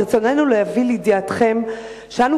ברצוננו להביא לידיעתכם שאנו,